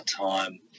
time